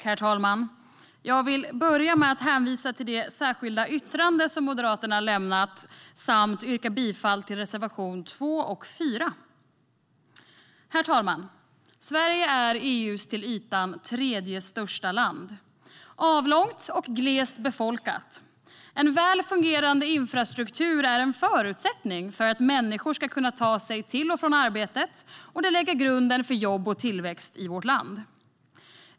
Herr talman! Jag vill börja med att hänvisa till det särskilda yttrande som Moderaterna har lämnat samt yrka bifall till reservationerna 2 och 4. Herr talman! Sverige är EU:s till ytan tredje största land, avlångt och glest befolkat. En väl fungerande infrastruktur är en förutsättning för att människor ska kunna ta sig till och från arbetet, och det lägger grunden för jobb och tillväxt i vårt land.